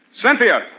Cynthia